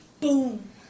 Boom